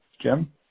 Jim